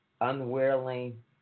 unwilling